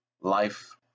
Life